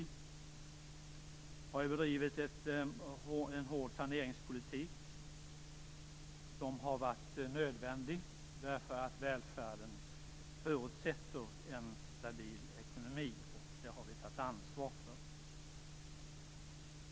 Vi har bedrivit en hård saneringspolitik som har varit nödvändig därför att välfärden förutsätter en stabil ekonomi. Det har vi tagit ansvar för.